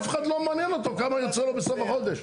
אף אחד לא מעניין אותו כמה יוצא לו בסוף החודש.